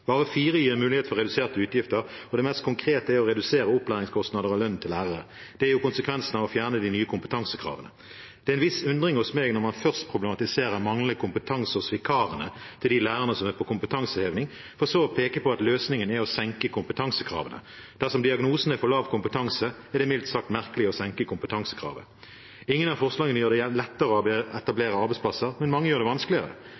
Bare fire gir mulighet for reduserte utgifter, og det mest konkrete er å redusere opplæringskostnader og lønn til lærere. Det er konsekvensen av å fjerne de nye kompetansekravene. Det er en viss undring hos meg når man først problematiserer manglende kompetanse hos vikarene for de lærerne som er på kompetanseheving, for så å peke på at løsningen er å senke kompetansekravene. Dersom diagnosen er for lav kompetanse, er det mildt sagt merkelig å senke kompetansekravene. Ingen av forslagene gjør det lettere å etablere arbeidsplasser, men mange gjør det vanskeligere.